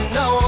no